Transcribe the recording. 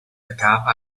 vergabe